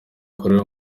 wakorera